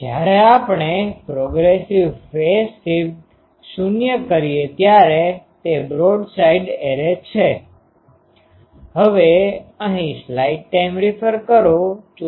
જ્યારે આપણે progressive phase shift ૦ કરીએ ત્યારે તે બ્રોડસાઇડ એરે છે